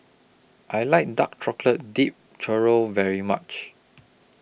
I like Dark Chocolate Dipped Churro very much